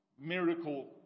miracle